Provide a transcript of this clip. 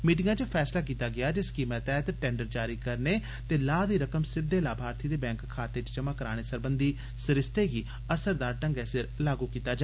मीटिंगै च फैसला कीता गेया जे स्कीमै तैहत टैंडर जारी करने ते लाह दी रकम सिद्दे लाभार्थी दे बैंक खाते च जमा कराने सरबंधी सरिस्ते गी अ नाया जा